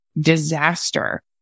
disaster